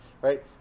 right